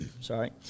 sorry